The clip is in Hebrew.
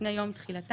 לפי יום תחילתן.